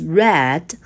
red